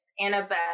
Annabeth